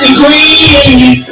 green